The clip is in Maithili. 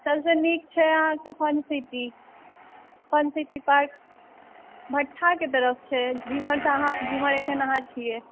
सबसे नीक छै अहाँकेँ fun city fun city park भट्ठाके तरफ छै जिम्हर अहाँ एखन छियै